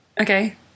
Okay